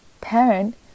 parent